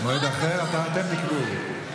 מועד אחר, אתם תקבעו.